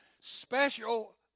special